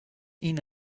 این